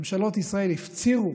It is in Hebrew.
ממשלות ישראל הפצירו